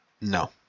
No